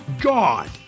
God